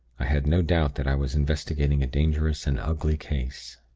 i had no doubt that i was investigating a dangerous and ugly case.